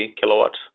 kilowatts